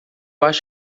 acho